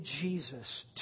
Jesus